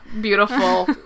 beautiful